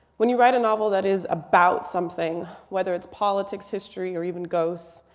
when you write a novel that is about something, whether it's politics, history, or even ghosts,